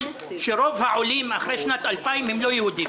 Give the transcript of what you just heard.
שרוב העולים אחרי שנת 2000 הם לא יהודים.